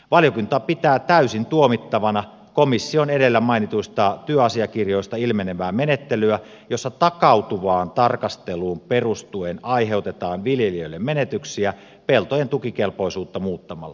valiokunta pitää täysin tuomittavana komission edellä mainituista työasiakirjoista ilmenevää menettelyä jossa takautuvaan tarkasteluun perustuen aiheutetaan viljelijöille menetyksiä peltojen tukikelpoisuutta muuttamalla